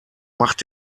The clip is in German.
macht